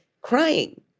crying